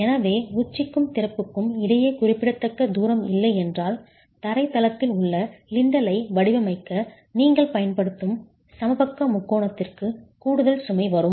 எனவே உச்சிக்கும் திறப்புக்கும் இடையே குறிப்பிடத்தக்க தூரம் இல்லை என்றால் தரை தளத்தில் உள்ள லிண்டலை வடிவமைக்க நீங்கள் பயன்படுத்தும் சமபக்க முக்கோணத்திற்கு கூடுதல் சுமை வரும்